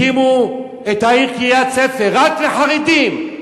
הקימו את העיר קריית-ספר, רק לחרדים,